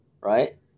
right